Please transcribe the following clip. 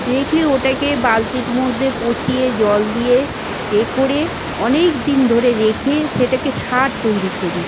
রেখে ওটাকে বালতির মধ্যে পচিয়ে জল দিয়ে এ করে অনেক দিন ধরে রেখে সেটাকে সার তৈরি করি